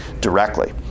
directly